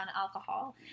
alcohol